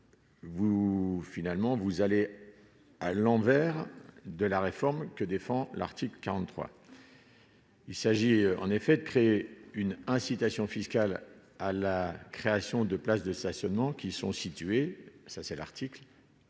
Vous. Finalement, vous allez à l'envers de la réforme que défend l'article 43, il s'agit en effet de créer une incitation fiscale à la création de places de stationnement qui sont situés, ça c'est l'article.